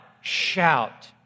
shout